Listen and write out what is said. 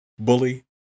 Bully